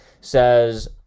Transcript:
says